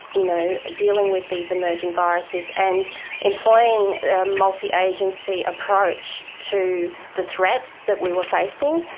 you know dealing with these emerging viruses and employing a multiagency approach to the threats that we were facing.